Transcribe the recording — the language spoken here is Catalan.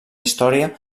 història